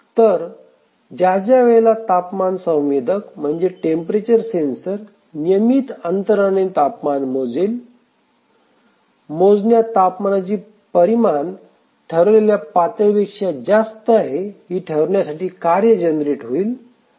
तर ज्या ज्या वेळेला तापमान संवेदक म्हणजे टेंपरेचर सेंसर नियमित अंतराने तापमान मोजेल मोजण्या तापमानाची परिमाण ठरवलेल्या पातळीपेक्षा जास्त आहे ही ठरविण्यासाठी कार्य जनरेट होईल